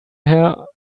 her